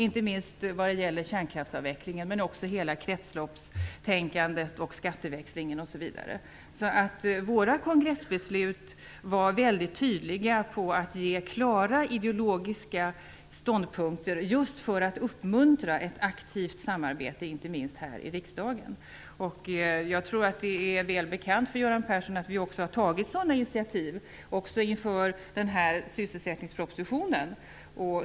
Det gäller inte minst kärnkraftsavvecklingen, men också hela kretsloppstänkandet och skatteväxlingen. Våra kongressbeslut var väldigt tydliga och gav klara ideologiska ståndpunkter för att just uppmuntra ett aktivt samarbete, inte minst här i riksdagen. Jag tror att det är väl bekant för Göran Persson att vi också har tagit sådana initiativ inför sysselsättningspropositionen.